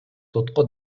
сотко